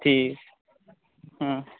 ঠিক